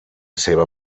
seva